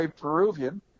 Peruvian